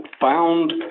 found